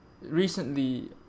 recently